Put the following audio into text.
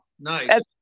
nice